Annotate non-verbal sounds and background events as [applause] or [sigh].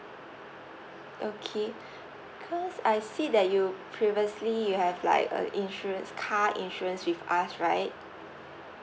okay [breath] because I see that you previously you have like a insurance car insurance with us right